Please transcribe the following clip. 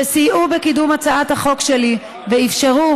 שסייעו בקידום הצעת החוק שלי ואפשרו